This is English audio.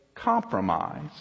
compromise